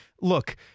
look